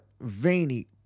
veiny